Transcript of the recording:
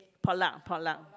potluck potluck